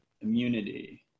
immunity